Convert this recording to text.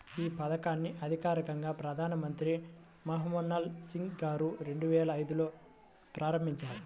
యీ పథకాన్ని అధికారికంగా ప్రధానమంత్రి మన్మోహన్ సింగ్ గారు రెండువేల ఐదులో ప్రారంభించారు